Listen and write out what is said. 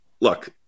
look